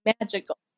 magical